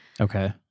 Okay